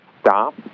stop